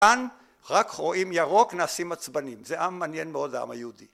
כאן רק רואים ירוק נעשים עצבניים זה עם מעניין מאוד העם היהודי